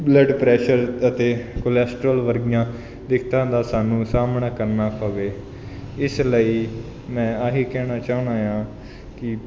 blood pressure ਅਤੇ cholesterol ਵਰਗੀਆਂ ਦਿੱਕਤਾਂ ਦਾ ਸਾਨੂੰ ਸਾਹਮਣਾ ਕਰਨਾ ਪਵੇ ਇਸ ਲਈ ਮੈਂ ਆ ਹੀ ਕਹਿਣਾ ਚਾਹੁੰਦ ਹਾਂ ਕੀ